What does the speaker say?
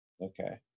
okay